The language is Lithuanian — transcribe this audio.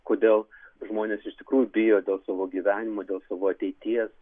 kodėl žmonės iš tikrųjų bijo dėl savo gyvenimo dėl savo ateities